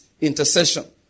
Intercession